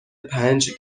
پنج